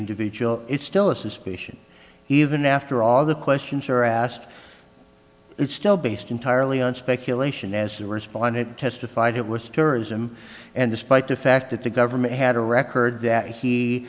individual it's still a suspicion even after all the questions are asked it's still based entirely on speculation as the respondent testified it was terrorism and despite the fact that the government had a record that he